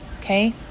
Okay